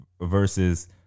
versus